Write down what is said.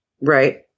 Right